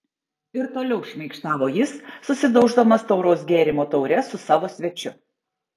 ir toliau šmaikštavo jis susidauždamas tauraus gėrimo taure su savo svečiu